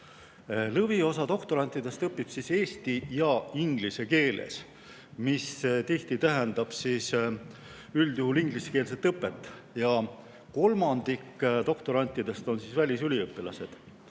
Lõviosa doktorantidest õpib eesti ja inglise keeles, mis tihti tähendab üldjuhul ingliskeelset õpet. Kolmandik doktorantidest on välisüliõpilased.